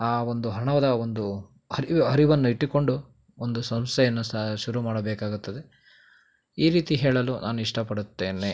ಆ ಒಂದು ಹಣದ ಒಂದು ಹರಿವ ಅರಿವನ್ನು ಇಟ್ಟುಕೊಂಡು ಒಂದು ಸಂಸ್ಥೆಯನ್ನು ಸ ಶುರು ಮಾಡಬೇಕಾಗುತ್ತದೆ ಈ ರೀತಿ ಹೇಳಲು ನಾನು ಇಷ್ಟಪಡುತ್ತೇನೆ